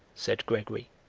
said gregory.